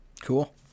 Cool